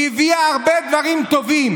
היא הביאה הרבה דברים טובים.